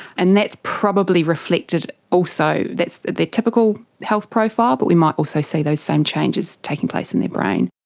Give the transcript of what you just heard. and that's probably reflected also, that's their typical health profile but we might also see those same changes taking place in their brain.